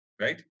right